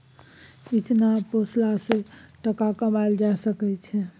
इचना पोसला सँ टका कमाएल जा सकै छै